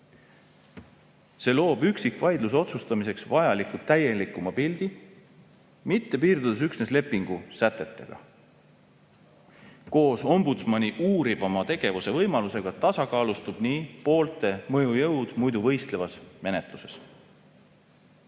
See loob üksikvaidluse otsustamiseks vajaliku täielikuma pildi, mitte ei piirdu üksnes lepingu sätetega. Koos ombudsmani uurivama tegevuse võimalusega tasakaalustub nii poolte mõjujõud muidu võistlevas menetluses.